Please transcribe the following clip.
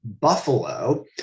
Buffalo